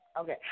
Okay